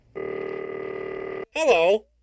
Hello